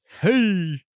Hey